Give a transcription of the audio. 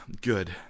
Good